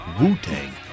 Wu-Tang